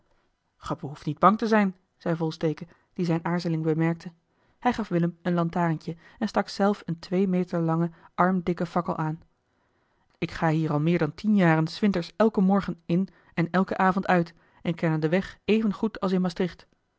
ge behoeft niet bang te zijn zei volsteke die zijne aarzeling bemerkte hij gaf willem een lantarentje en stak zelf eene twee meter lange armdikke fakkel aan ik ga hier al meer dan tien jaren s winters elken morgen in en elken avond uit en ken er den weg even goed als in maastricht